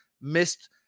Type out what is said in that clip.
missed